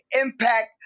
impact